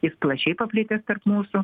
jis plačiai paplitęs tarp mūsų